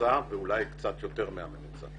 ממוצע ואולי קצת יותר מהממוצע.